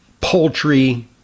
poultry